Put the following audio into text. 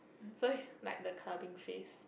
so like the clubbing phase